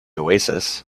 oasis